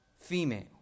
female